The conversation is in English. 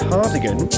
Cardigan